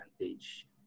advantage